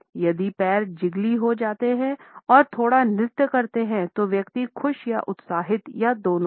यदि पैर जिगली हो जाते हैं और थोड़ा नृत्य करते हैं तो व्यक्ति खुश या उत्साहित या दोनों है